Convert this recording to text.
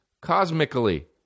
cosmically